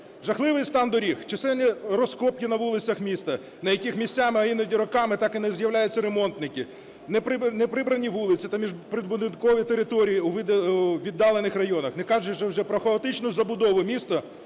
Жахливий стан доріг, чисельні розкопки на вулицях міста, на яких місцями іноді роками так і не з'являються ремонтники. Неприбрані вулиці та прибудинкові території у віддалених районах, не кажучи вже про хаотичну забудову міста